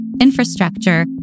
infrastructure